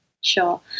Sure